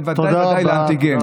ובוודאי ובוודאי לאנטיגן.